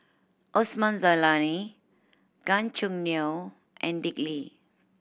Osman Zailani Gan Choo Neo and Dick Lee